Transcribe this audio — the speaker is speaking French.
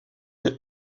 des